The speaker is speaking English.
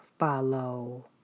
follow